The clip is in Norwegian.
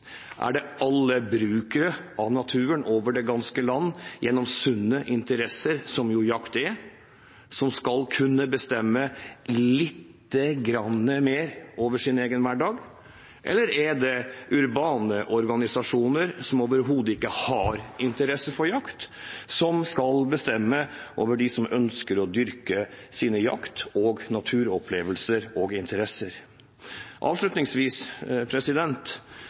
Er det alle brukere av naturen over det ganske land gjennom sunne interesser, som jo jakt er, som skal kunne bestemme lite grann mer over sin egen hverdag, eller er det urbane organisasjoner som overhodet ikke har interesse for jakt, som skal bestemme over dem som ønsker å dyrke sine jakt- og naturopplevelser og interesser? Avslutningsvis